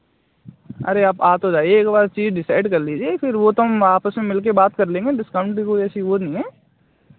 अरे आप आ तो जाइए एक बार चीज़ डिसाइड कर लीजिए फिर वह तो हम आपस में मिल के बात कर लेंगे डिस्काउंट भी कोई ऐसी वह नहीं है